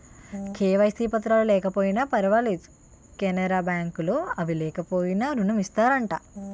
KYC పత్రాలు లేకపోయినా పర్లేదు కెనరా బ్యాంక్ లో అవి లేకపోయినా ఋణం ఇత్తారట